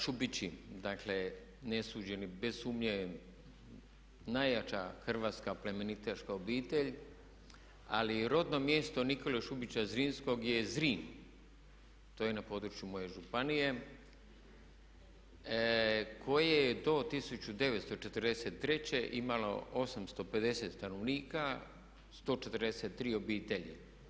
Šubići dakle nesuđeni bez sumnje najjača hrvatska plemenitaška obitelj, ali rodno mjesto Nikole Šubića Zrinskog je Zrin, to je na području moje županije koje je do 1943. imalo 850 stanovnika, 143 obitelji.